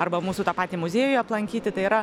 arba mūsų tą patį muziejų aplankyti tai yra